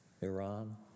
Iran